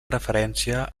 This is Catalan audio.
referència